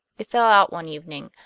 it fell out one evening,